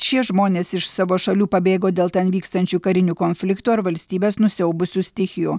šie žmonės iš savo šalių pabėgo dėl ten vykstančių karinių konfliktų ar valstybes nusiaubusių stichijų